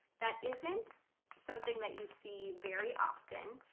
that isn't something that you see very often.